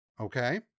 Okay